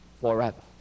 forever